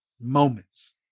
moments